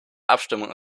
abstimmung